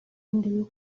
ndiwe